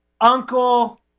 Uncle